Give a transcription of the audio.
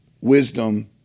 wisdom